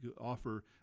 offer